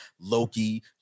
Loki